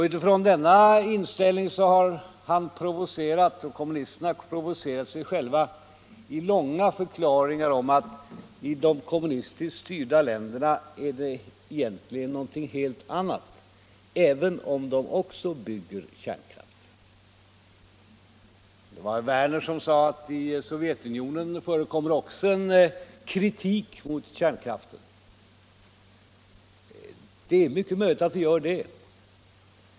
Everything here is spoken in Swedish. Utifrån denna inställning har han och kommunisterna provocerat sig själva till långa förklaringar om att i de kommunistiskt styrda länderna är det egentligen fråga om någonting helt annat, även om man där bygger ut kärnkraften. Herr Werner sade att det också i Sovjetunionen förekommer en kritik mot kärnkraften. Det är mycket möjligt att det gör det.